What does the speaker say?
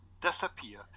disappear